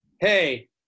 hey